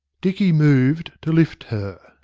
dicky moved to lift her,